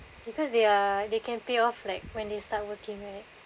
because they are they can pay off like when they start working right